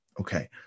Okay